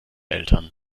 eltern